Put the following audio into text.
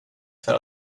för